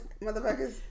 motherfuckers